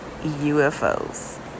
UFOs